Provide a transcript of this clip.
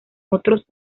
otros